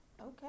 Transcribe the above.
Okay